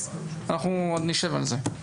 אנחנו עוד נשב על זה.